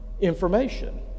information